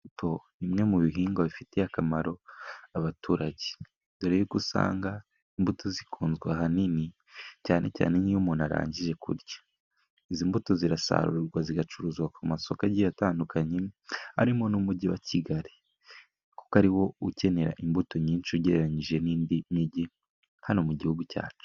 Imbuto nimwe mu bihingwa bifitiye akamaro abaturage, dore yuko usanga imbuto zikunzwe ahanini cyane cyane n'iyo umuntu arangije kurya. Izi mbuto zirasarurwa zigacuruzwa ku masoko agiye atandukanye arimo n'umujyi wa kigali, kuko ari wo ukenera imbuto nyinshi ugereranyije n'indi mijyi hano mu gihugu cyacu.